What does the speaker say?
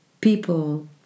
people